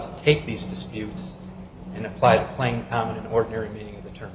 to take these disputes and applied playing common ordinary meaning of the term